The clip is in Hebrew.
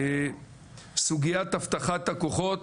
סוגיית אבטחת הכוחות